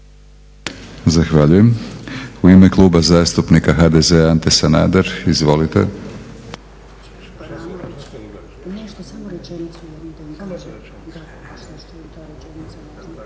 Zahvaljujem. U ime Kluba zastupnika HNS-a Petar Baranović. Izvolite.